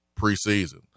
preseason